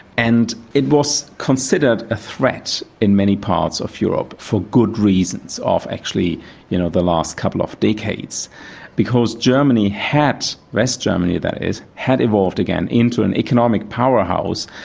and it was considered a threat in many parts of europe for good reasons of actually you know the last couple of decades because germany had west germany, that is had evolved again into an economic powerhouse.